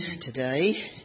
today